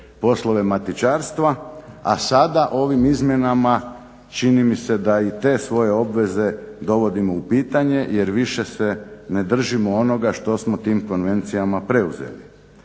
poslove matičarstva, a sada ovim izmjenama čini mi se da i te svoje obveze dovodimo u pitanje jer više se ne držimo onoga što smo tim konvencijama preuzeli.